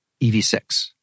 EV6